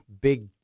big